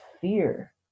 fear